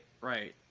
right